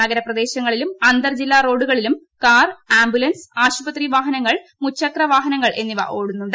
നഗരപ്രദേശങ്ങളിലും അന്തർ ജില്ലാ റോഡുകളിലും കാർ ആംബുലൻസ് ആശുപത്രി വാഹനങ്ങൾ മുചക്ര വാഹനങ്ങൾ ് എന്നിവഓടുന്നുണ്ട്